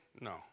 No